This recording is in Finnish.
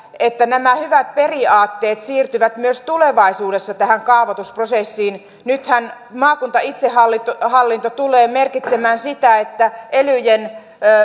että nämä hyvät periaatteet siirtyvät myös tulevaisuudessa tähän kaavoitusprosessiin nythän maakuntaitsehallinto tulee merkitsemään sitä että elyjen